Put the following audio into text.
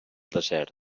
desert